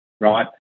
right